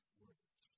words